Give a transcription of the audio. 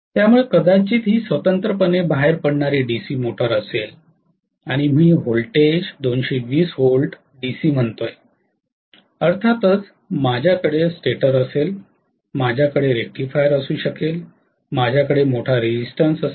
त्यामुळे कदाचित ही स्वतंत्रपणे बाहेर पडणारी डीसी मोटर असेल आणि मी व्होल्टेज २२० व्होल्ट्स डीसी म्हणतो अर्थातच माझ्याकडे स्टेटर असेल माझ्याकडे रेक्टिफायर असू शकेल माझ्याकडे मोठा प्रतिकार असू शकेल